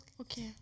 okay